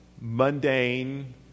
mundane